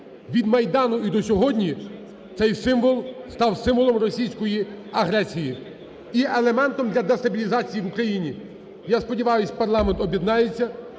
від Майдану і до сьогодні цей символ став символом російської агресії, і елементом для дестабілізації в Україні. Я сподіваюся, парламент об'єднається,